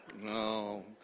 No